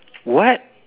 what